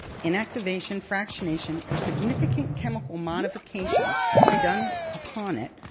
inactivation, fractionation, or significant chemical modification to be done upon it